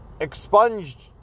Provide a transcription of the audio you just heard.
expunged